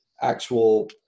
actual